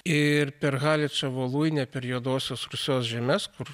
ir per haličą voluinę per juodosios rusios žemes kur